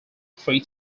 three